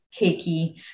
cakey